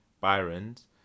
Byron's